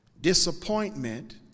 disappointment